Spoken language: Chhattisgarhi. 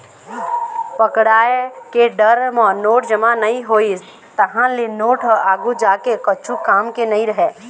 पकड़ाय के डर म नोट जमा नइ होइस, तहाँ ले नोट ह आघु जाके कछु काम के नइ रहय